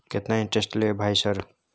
केतना इंटेरेस्ट ले भाई सर?